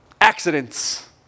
accidents